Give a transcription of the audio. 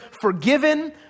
forgiven